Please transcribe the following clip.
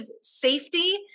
safety